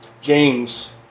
James